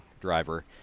driver